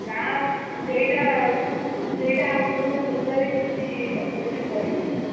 ନା ସେଇଟା ସେଇଟା ଆପଣଙ୍କ ତ୍ୱଚାରେ କିଛି ଅସୁବିଧା କରିବନି